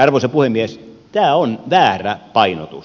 arvoisa puhemies tämä on väärä painotus